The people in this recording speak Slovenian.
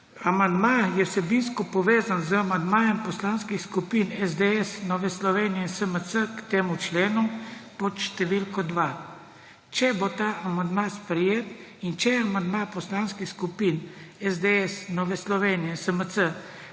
Amandma je vsebinsko povezan z amandmajem poslanskih skupin SDS, Nove Slovenije in SMC k temu členu pod številko 2. Če bo ta amandma sprejet in če amandma poslanskih skupin SDS, Nove Slovenije, SMC